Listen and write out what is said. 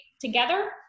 together